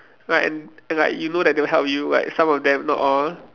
like and and like you know that they will help you like some of them not all